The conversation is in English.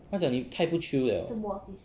她讲你太不 chill 了